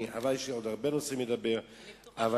יש לי עוד הרבה נושאים לדבר עליהם.